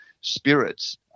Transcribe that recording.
spirits